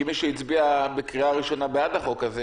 כמי שהצביע בקריאה ראשונה בעד החוק הזה